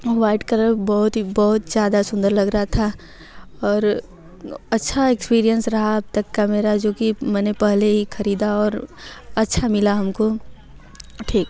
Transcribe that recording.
white colour बहुत ही बहुत ज़्यादा सुन्दर लग रहा था और अच्छा एक्स्पीरिंस रहा अब तक का मेरा जो कि मैंने पहले ही ख़रीदा और अच्छा मिला हम को ठीक है